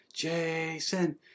Jason